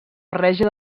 barreja